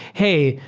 hey,